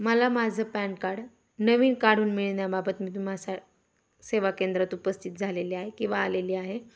मला माझं pan card नवीन काढून मिळण्याबाबत मी तुम्हा सा सेवा केंद्रात उपस्थित झालेली आहे किंवा आलेली आहे